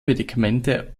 medikamente